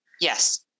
Yes